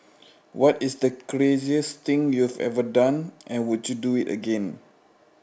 what is the craziest thing you have ever done and would you do it again